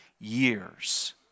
years